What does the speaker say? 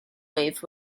wave